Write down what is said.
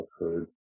occurred